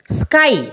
sky